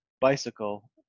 bicycle